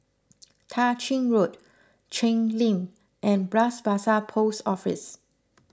Tah Ching Road Cheng Lim and Bras Basah Post Office